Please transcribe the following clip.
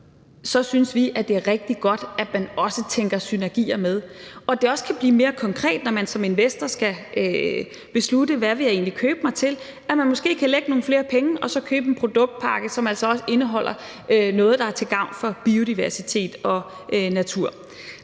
synes vi, det er rigtig godt, at man også tænker synergier med, og at det også kan blive mere konkret, når man som investor skal beslutte, hvad man egentlig vil købe sig til – altså at man måske kan lægge nogle flere penge og så købe en produktpakke, som altså også indeholder noget, der er til gavn for biodiversitet og natur.